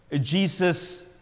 Jesus